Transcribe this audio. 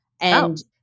And-